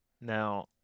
Now